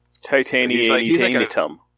Titanium